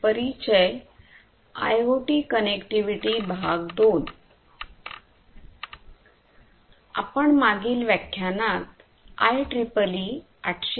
आपण मागील व्याख्यानात आयट्रिपलई 802